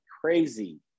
crazy